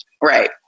right